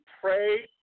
pray